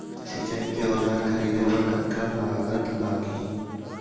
सिंचाई के औजार खरीदे बर कतका लागत लागही?